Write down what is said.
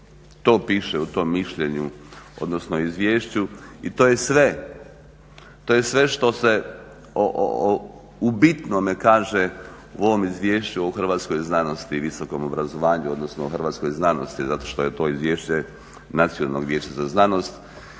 To piše u tom mišljenju, odnosno izvješću i to je sve što se u bitnome kaže u ovom izvješću o hrvatskoj znanosti i visokom obrazovanju, odnosno o hrvatskoj znanosti zato što je to izvješće Nacionalnog vijeća za znanost